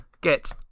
Get